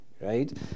right